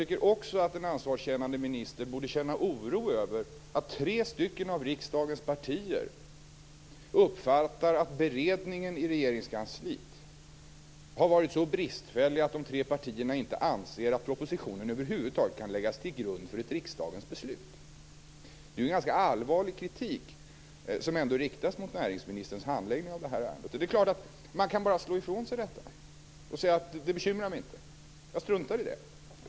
En ansvarskännande minister borde känna oro över att tre av riksdagens partier uppfattar att beredningen i Regeringskansliet har varit så bristfällig att de tre partierna inte anser att propositionen över huvud taget kan läggas till grund för ett riksdagsbeslut. Det är en ganska allvarlig kritik som riktas mot näringsministerns handläggning av det här ärendet. Man kan naturligtvis bara slå ifrån sig detta och säga: Det bekymrar mig inte, jag struntar i det.